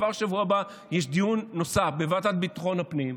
וכבר בשבוע הבא יש דיון נוסף בוועדת ביטחון הפנים,